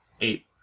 Eight